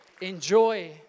enjoy